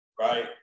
Right